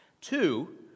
Two